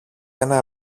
ένα